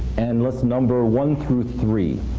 and list number one through three.